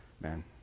man